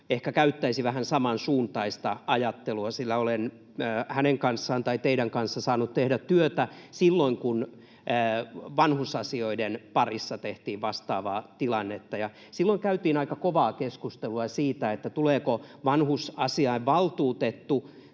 ehkä käyttäisi vähän samansuuntaista ajattelua, sillä olen hänen kanssaan — tai teidän kanssanne — saanut tehdä työtä silloin, kun vanhusasioiden parissa tehtiin vastaavaa tilannetta. Silloin käytiin aika kovaa keskustelua siitä, minkälaiseksi toimijaksi vanhusasiainvaltuutettu